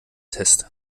test